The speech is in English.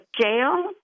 jail